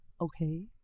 Okay